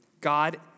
God